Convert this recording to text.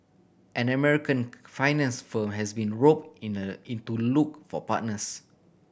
an American finance firm has been rope in a in to look for partners